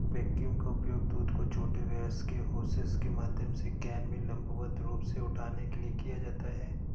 vacuum का उपयोग दूध को छोटे व्यास के होसेस के माध्यम से कैन में लंबवत रूप से उठाने के लिए किया जाता है